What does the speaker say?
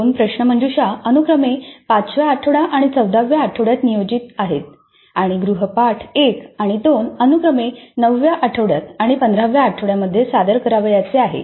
दोन प्रश्नमंजुषा अनुक्रमे पाचव्या आठवडा आणि चौदाव्या आठवड्यात नियोजित आहेत आणि गृहपाठ 1 आणि 2 अनुक्रमे नवव्या आठवड्यात आणि पंधराव्या आठवड्यात मध्ये सादर करावयाचे आहेत